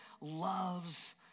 loves